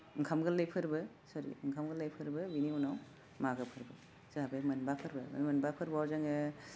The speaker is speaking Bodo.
ओंखाम गोरलै फोरबो ओंखाम गोरलै फोरबो बिनि उनाव मागो फोरबो जोहा बे मोनबा फोरबो बे मोनबा फोरबोआव जोङो